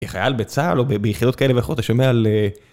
כחייל בצהל או ביחידות כאלה ואחרות אתה שומע על.